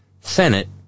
Senate